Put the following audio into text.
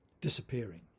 disappearing